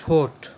fort